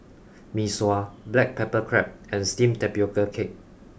Mee Sua Black Pepper Crab and Steamed Tapioca Cake